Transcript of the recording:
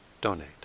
donate